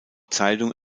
zeitung